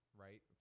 right